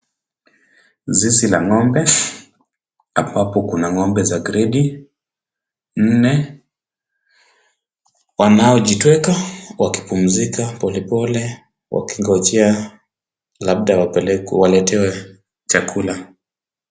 Zizi la ng'ombe ambapo kuna ng'ombe za grade nne, wanaojitweka wakipumzika polepole wakingojea labda wapelekwe, waletewe chakula.